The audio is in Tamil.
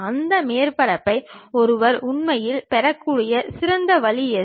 அந்த மேற்பரப்பை ஒருவர் உண்மையில் பெறக்கூடிய சிறந்த வழி எது